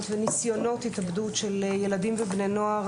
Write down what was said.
בהתאבדויות וניסיונות התאבדות של ילדים ובני נוער.